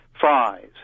fries